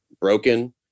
broken